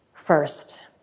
First